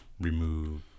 remove